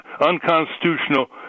unconstitutional